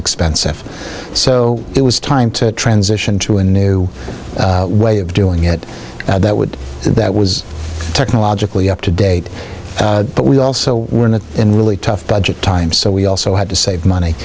expensive so it was time to transition to a new way of doing it that would that was technologically up to date but we also were in a really tough budget times so we also had to save money